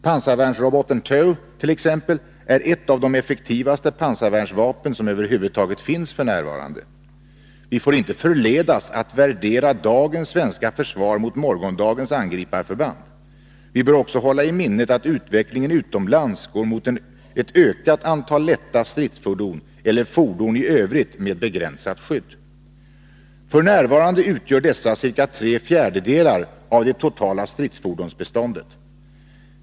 Pansarvärnsroboten TOW t.ex. är ett av de effektivaste pansarvärnsvapen som över huvud taget finns f. n. Vi får inte förledas att värdera dagens svenska försvar mot morgondagens angriparförband. Vi bör också hålla i minnet att utvecklingen utomlands går mot ett ökat antal lätta stridsfordon eller fordon i övrigt med begränsat skydd. F. n. utgör dessa ca tre fjärdedelar av det totala stridsfordonsbeståndet.